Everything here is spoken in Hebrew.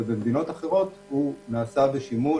ובמדינות אחרות הוא נעשה בשימוש